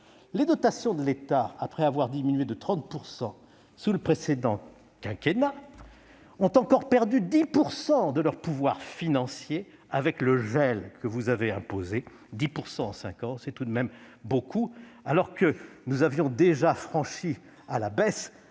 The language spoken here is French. Les dotations de l'État, après avoir diminué de 30 % sous le précédent quinquennat, ont encore perdu 10 % de leur pouvoir financier, en raison du gel des dotations que vous avez imposé ; 10 % en cinq ans, c'est tout de même beaucoup, alors que nous avions déjà franchi, à la baisse,